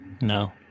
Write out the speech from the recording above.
No